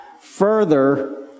further